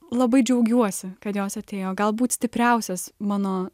labai džiaugiuosi kad jos atėjo galbūt stipriausias mano